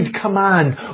command